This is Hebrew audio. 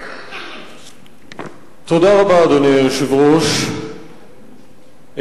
אדוני היושב-ראש,